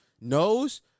knows